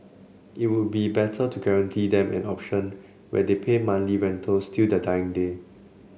it would be better to guarantee them an option where they pay monthly rentals till their dying day